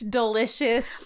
delicious